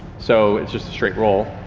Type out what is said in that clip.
so it's just a straight roll.